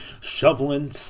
shoveling